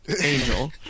Angel